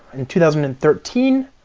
in two thousand and thirteen,